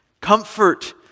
Comfort